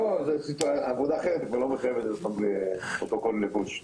לא, זו עבודה אחרת ולא מחייבת פרוטוקול לבוש.